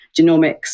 genomics